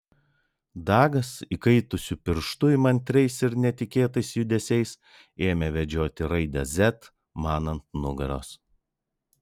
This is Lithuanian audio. dagas įkaitusiu pirštu įmantriais ir netikėtais judesiais ėmė vedžioti raidę z man ant nugaros